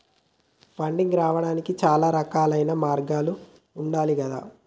funding రావడానికి చాలా రకాలైన మార్గాలు ఉండాలి గదా